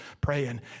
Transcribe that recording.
praying